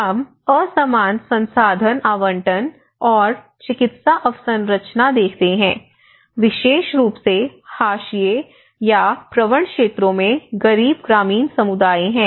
हम असमान संसाधन आवंटन और चिकित्सा अवसंरचना देखते हैं विशेष रूप से हाशिए या प्रवण क्षेत्रों में गरीब ग्रामीण समुदाय हैं